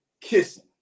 kissing